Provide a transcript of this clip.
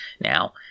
now